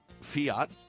fiat